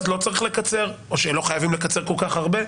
אז לא צריך לקצר או שלא חייבים לקצר כל כך הרבה.